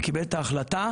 וקיבל את ההחלטה.